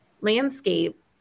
landscape